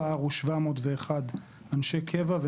הפער הוא 701 אנשי קבע,